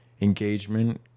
engagement